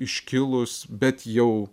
iškilūs bet jau